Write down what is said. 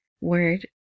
word